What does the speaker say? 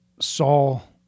Saul